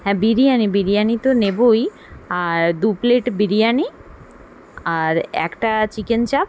হ্যাঁ বিরিয়ানি বিরিয়ানি তো নেবোই আর দু প্লেট বিরিয়ানি আর একটা চিকেন চাপ